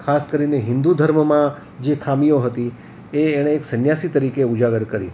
ખાસ કરીને હિન્દુ ધર્મમાં જે ખામીઓ હતી એ એણે એક સન્યાસી તરીકે ઉજાગર કરી